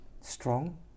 Strong